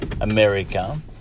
America